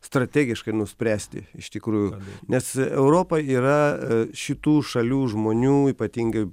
strategiškai nuspręsti iš tikrųjų nes europa yra šitų šalių žmonių ypatingai